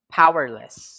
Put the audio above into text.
powerless